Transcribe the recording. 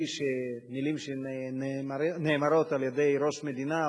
היא שמלים שנאמרות על-ידי ראש מדינה,